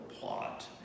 plot